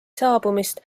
saabumist